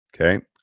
Okay